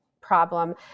problem